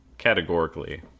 Categorically